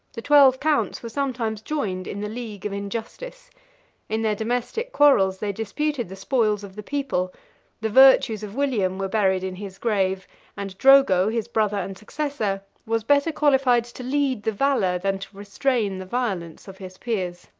the twelve counts were sometimes joined in the league of injustice in their domestic quarrels they disputed the spoils of the people the virtues of william were buried in his grave and drogo, his brother and successor, was better qualified to lead the valor, than to restrain the violence, of his peers.